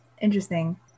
interesting